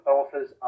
authors